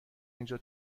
اینجا